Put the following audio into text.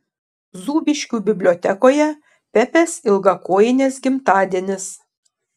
zūbiškių bibliotekoje pepės ilgakojinės gimtadienis